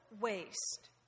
waste